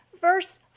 verse